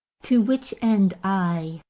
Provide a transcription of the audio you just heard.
to which end i,